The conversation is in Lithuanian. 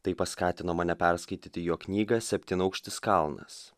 tai paskatino mane perskaityti jo knygą septynaukštis kalnas